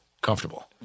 comfortable